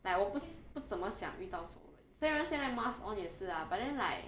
like 我不不怎么想遇到熟人虽然现在 mask on 也是 ah but then like